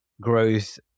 growth